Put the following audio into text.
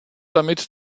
damit